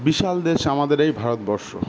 বিশাল দেশ আমাদের এই ভারতবর্ষ